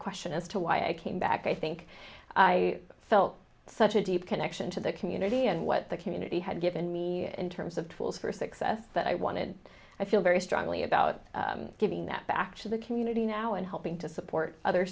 question as to why i came back i think i felt such a deep connection to the community and what the community had given me in terms of tools for success that i wanted i feel very strongly about giving that back to the community now and helping to